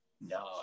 No